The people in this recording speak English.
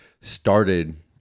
started